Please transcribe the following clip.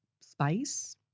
space